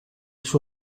suo